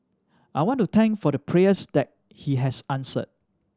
I want to thank for the prayers that he has answered